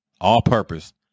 all-purpose